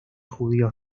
judíos